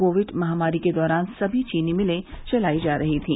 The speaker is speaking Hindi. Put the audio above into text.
कोविड महामारी के दौरान सभी चीनी मिले चलाई जा रही थी